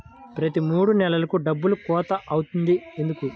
ప్రతి మూడు నెలలకు డబ్బులు కోత అవుతుంది ఎందుకు?